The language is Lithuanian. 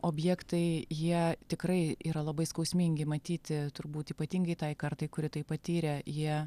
objektai jie tikrai yra labai skausmingi matyti turbūt ypatingai tai kartai kuri tai patyrė jie